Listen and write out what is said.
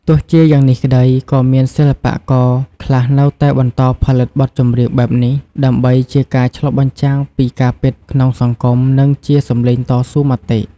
ទោះជាយ៉ាងនេះក្តី ក៏មានសិល្បករខ្លះនៅតែបន្តផលិតបទចម្រៀងបែបនេះ ដើម្បីជាការឆ្លុះបញ្ចាំងពីការពិតក្នុងសង្គម និងជាសំឡេងតស៊ូមតិ។